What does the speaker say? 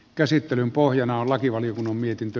käsittelyn lakivaliokunnan mietintö